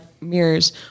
mirrors